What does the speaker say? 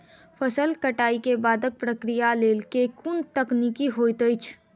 फसल कटाई केँ बादक प्रक्रिया लेल केँ कुन तकनीकी होइत अछि?